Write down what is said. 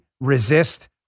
Resist